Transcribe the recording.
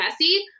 messy